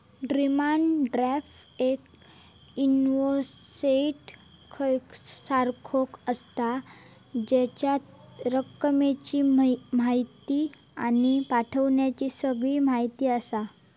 demand draft एक invoice सारखो आसता, जेच्यात रकमेची म्हायती आणि पाठवण्याची सगळी म्हायती आसता